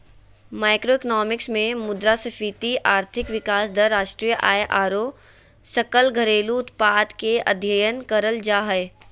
macroeconomics मे मुद्रास्फीति, आर्थिक विकास दर, राष्ट्रीय आय आरो सकल घरेलू उत्पाद के अध्ययन करल जा हय